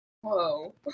Whoa